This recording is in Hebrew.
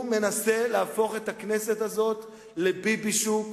הוא מנסה להפוך את הכנסת הזאת ל"ביבישוק",